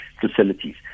facilities